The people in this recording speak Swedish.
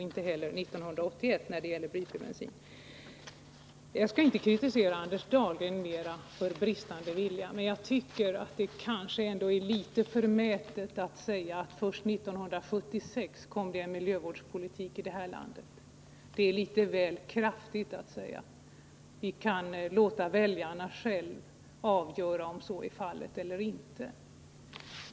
Inte heller är det möjligt att införa blyfri bensin 1981. : Jag skall inte kritisera Anders Dahlgren mer för bristande vilja. Men jag tycker ändå att det är litet förmätet att säga att vi först år 1976 fick en miljövårdspolitik i det här landet. Vi kan låta väljarna själva avgöra om så är fallet eller inte.